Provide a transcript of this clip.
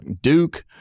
Duke